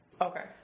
Okay